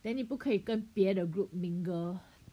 then 你不可以跟别的 group mingle